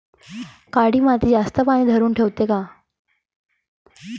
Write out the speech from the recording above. काळी माती जास्त पानी धरुन ठेवते का?